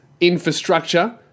infrastructure